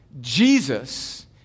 Jesus